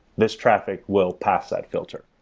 this traffic will pass that filter.